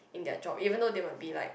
in their job even though they might be like